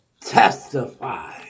testify